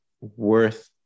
worth